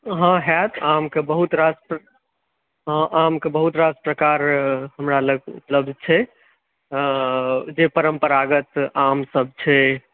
हँ हैत आमके बहुत रास हँ आमके बहुत रास प्रकार हमरा लग उपलब्ध छै जे परम्परागत आमसभ छै